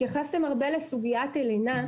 התייחסתם הרבה לסוגיית הלינה,